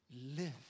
live